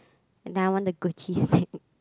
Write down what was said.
and then I want a Gucci snake